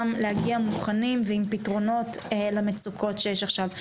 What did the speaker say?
להגיע מוכנים ועם פתרונות למצוקות שיש עכשיו.